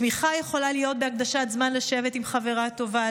תמיכה יכולה להיות בהקדשת זמן לשבת עם חברה טובה,